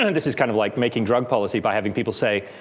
and this is kind of like making drug policy by having people say,